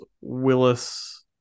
Willis